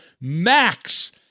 max